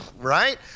right